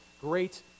great